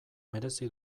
merezi